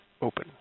open